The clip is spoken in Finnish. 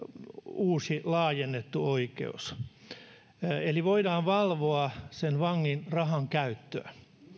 uusi laajennettu oikeus eli voidaan valvoa vangin rahankäyttöä